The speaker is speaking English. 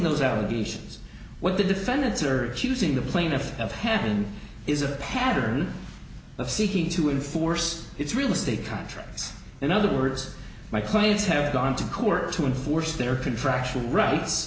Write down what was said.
those allegations what the defendants are choosing the plaintiff have happened is a pattern of seeking to enforce its real estate contracts in other words my clients have gone to court to enforce their contractual right